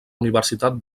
universitat